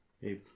Hey